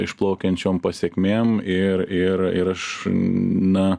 išplaukiančiom pasekmėm ir ir ir aš na